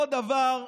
אותו דבר,